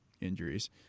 injuries